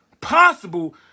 possible